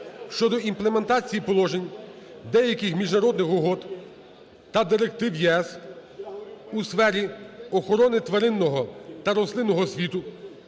(щодо імплементації положень деяких міжнародних угод та директив ЄС у сфері охорони тваринного та рослинного світу)